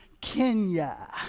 Kenya